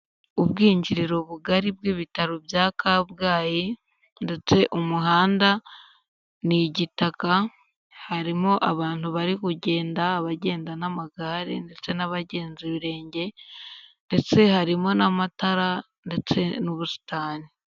Ubwinjiriro bugari bw'ibitaro bya Kabgayi ndetse umuhanda n'igitaka, harimo abantu bari kugenda, abagenda n'amagare ndetse n'abagenza ibirenge ndetse harimo n'amatara ndetse n'ubusitani.